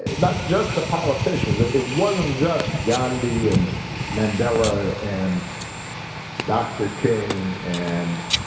not just the politicians. it wasn't just gandhi and mandela and dr. king and